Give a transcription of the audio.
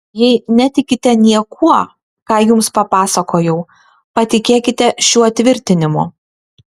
jei netikite niekuo ką jums papasakojau patikėkite šiuo tvirtinimu